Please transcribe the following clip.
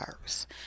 first